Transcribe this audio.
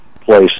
place